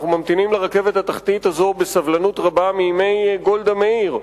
אנחנו ממתינים לרכבת התחתית הזו בסבלנות רבה מימי גולדה מאיר,